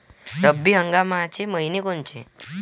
रब्बी हंगामाचे मइने कोनचे?